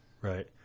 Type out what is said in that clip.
Right